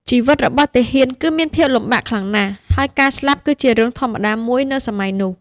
ជីវិតរបស់ទាហានគឺមានភាពលំបាកខ្លាំងណាស់ ហើយការស្លាប់គឺជារឿងធម្មតាមួយនៅសម័យនោះ។